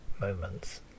moments